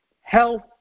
Health